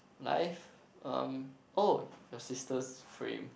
life um oh your sister's frame